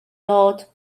dod